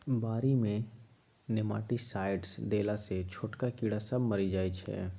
बारी मे नेमाटीसाइडस देला सँ छोटका कीड़ा सब मरि जाइ छै